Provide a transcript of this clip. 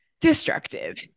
destructive